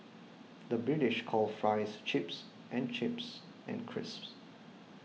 the British calls Fries Chips and chips and crisps